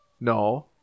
No